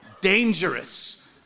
dangerous